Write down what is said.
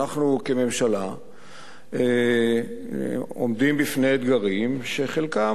אנחנו כממשלה עומדים בפני אתגרים שחלקם